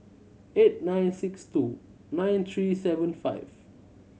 eight nine six two nine three seven five